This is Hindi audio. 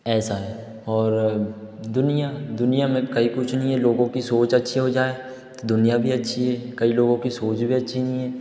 ऐसा है और दुनिया दुनिया में कई कुछ नहीं है लोगों की सोच अच्छी हो जाए तो दुनिया भी अच्छी है कई लोगों कि सोच भी अच्छी नहीं है